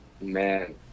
man